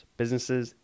businesses